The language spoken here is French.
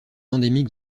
endémique